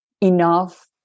enough